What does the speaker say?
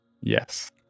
Yes